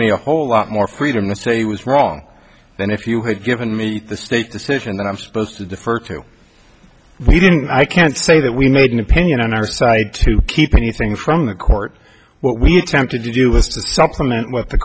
me a whole lot more freedom to say he was wrong and if you had given me the state decision that i'm supposed to defer to we didn't i can't say that we made an opinion on our side to keep anything from the court what we attempted to do was to supplement what the